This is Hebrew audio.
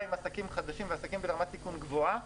עם עסקים חדשים ועסקים ברמת סיכון גבוהה.